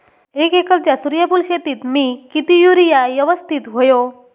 एक एकरच्या सूर्यफुल शेतीत मी किती युरिया यवस्तित व्हयो?